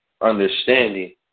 understanding